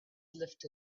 left